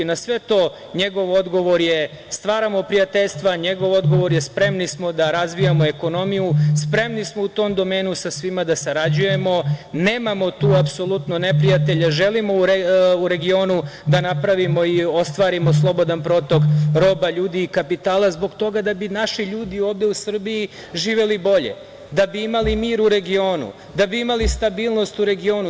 Na sve to, njegov odgovor je – stvaramo prijateljstva, spremni smo da razvijamo ekonomiju, spremni smo u tom domenu sa svim da sarađujemo, nemamo tu apsolutno neprijatelje, želimo u regionu da napravimo i ostvarimo slobodan protok roba, ljudi i kapitala zbog toga da bi naši ljudi ovde u Srbiji živeli bolje, da bi imali mir u regionu, da bi imali stabilnost u regionu.